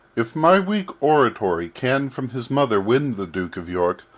if my weak oratory can from his mother win the duke of york,